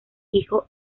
hijo